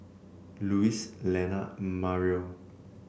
Louise Lana Mario